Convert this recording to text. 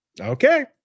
okay